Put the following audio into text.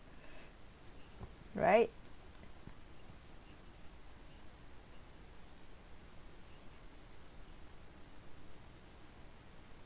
right